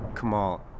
Kamal